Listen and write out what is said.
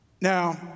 Now